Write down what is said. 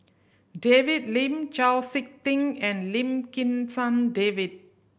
David Lim Chau Sik Ting and Lim Kim San David